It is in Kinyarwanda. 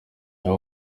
aba